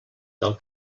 del